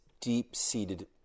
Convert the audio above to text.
deep-seated